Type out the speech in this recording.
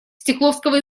стекловского